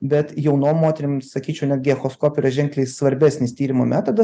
bet jaunom moterim sakyčiau netgi echoskopija yra ženkliai svarbesnis tyrimo metodas